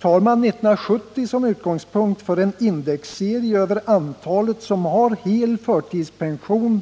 Tar man 1970 som utgångspunkt för en indexserie över antalet helt förtidspensionerade,